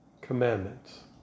commandments